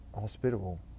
hospitable